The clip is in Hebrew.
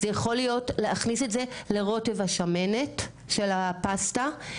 זה יכול להיות להכניס את זה לרוטב השמנת של הפסטה,